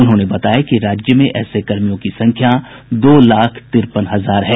उन्होंने बताया कि राज्य में ऐसे कर्मियों की संख्या दो लाख तिरपन हजार है